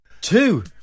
Two